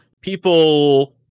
People